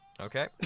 Okay